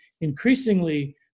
increasingly